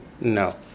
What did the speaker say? no